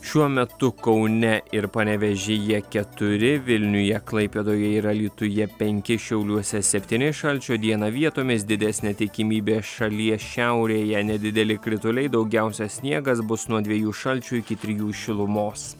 šiuo metu kaune ir panevėžyje keturi vilniuje klaipėdoje ir alytuje penki šiauliuose septyni šalčio dieną vietomis didesnė tikimybė šalies šiaurėje nedideli krituliai daugiausia sniegas bus nuo dviejų šalčio iki trijų šilumos